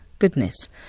Goodness